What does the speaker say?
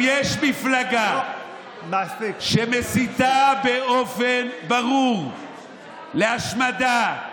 יש מפלגה שמסיתה באופן ברור להשמדה,